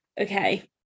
okay